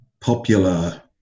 popular